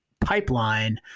pipeline